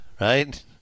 right